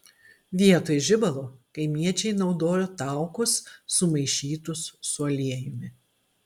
vietoj žibalo kaimiečiai naudojo taukus sumaišytus su aliejumi